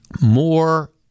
more